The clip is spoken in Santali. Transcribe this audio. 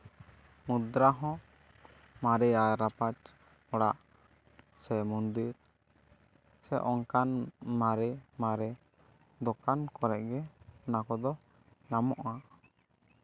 ᱢᱩᱫᱽᱨᱟ ᱦᱚᱸ ᱢᱟᱨᱮ ᱨᱟᱯᱟᱡᱽ ᱦᱚᱲᱟᱜ ᱥᱮ ᱢᱚᱱᱫᱤᱨ ᱚᱱᱠᱟᱱ ᱢᱟᱨᱮ ᱢᱟᱨᱮ ᱫᱚᱠᱟᱱ ᱠᱚᱨᱮ ᱜᱮ ᱚᱱᱟ ᱠᱚᱫᱚ ᱧᱟᱢᱚᱜᱼᱟ